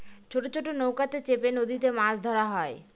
ছোট ছোট নৌকাতে চেপে নদীতে মাছ ধরা হয়